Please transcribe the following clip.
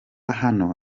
hano